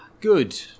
Good